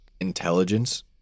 Intelligence